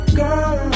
girl